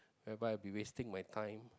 whereby will be wasting my time